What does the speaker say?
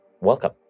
Welcome